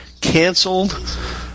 canceled